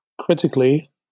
critically